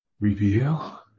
Reveal